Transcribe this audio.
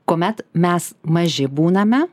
kuomet mes maži būname